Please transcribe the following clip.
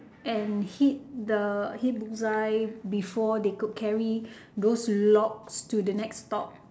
and hit the hit the bull's eye before they could carry those logs to the next stop